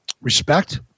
respect